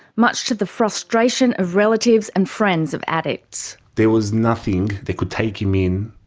much to the frustration of relatives and friends of addicts. there was nothing that could take him in.